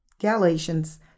Galatians